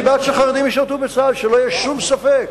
אני בעד שהחרדים ישרתו בצה"ל, שלא יהיה שום ספק.